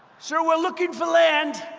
so we're looking for land,